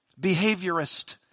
behaviorist